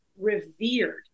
revered